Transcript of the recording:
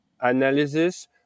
analysis